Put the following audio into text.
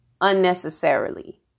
unnecessarily